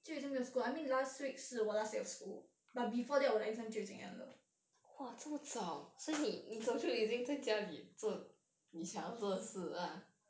就已经没有 school I mean last week 是我 last week of school but before that 我的 exam 就已经 end 了